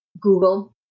Google